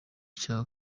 cya